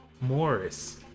Morris